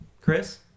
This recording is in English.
Chris